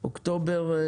באזור ספטמבר-אוקטובר.